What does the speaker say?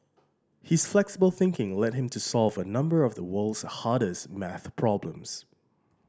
his flexible thinking led him to solve a number of the world's hardest math problems